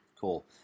Cool